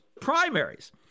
primaries